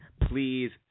please